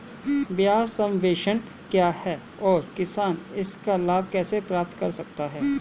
ब्याज सबवेंशन क्या है और किसान इसका लाभ कैसे प्राप्त कर सकता है?